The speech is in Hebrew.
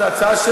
סליחה.